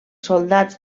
soldats